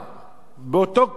באותו קנה מידה.